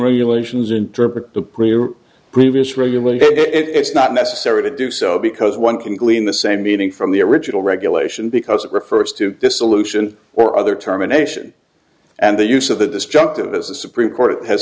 regulations interpret the previous regulated it's not necessary to do so because one can glean the same meaning from the original regulation because it refers to dissolution or other terminations and the use of the disjunctive as the supreme court has